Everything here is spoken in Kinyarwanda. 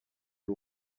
ari